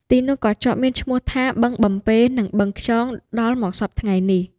ទីនោះក៏ជាប់មានឈ្មោះថា បឹងបំពេ និង បឹងខ្យង ដល់មកសព្វថ្ងៃនេះ ។